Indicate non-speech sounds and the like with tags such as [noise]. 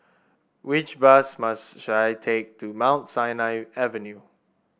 which bus [unintelligible] should I take to Mount Sinai Avenue